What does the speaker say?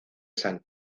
san